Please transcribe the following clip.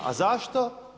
A zašto?